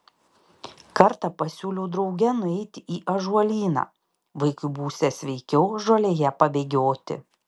kartą pasiūliau drauge nueiti į ąžuolyną vaikui būsią sveikiau žolėje pabėgioti